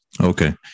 Okay